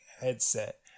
headset